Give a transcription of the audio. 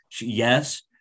yes